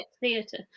theatre